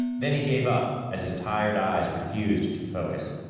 then he gave up as his tired eyes refused to focus.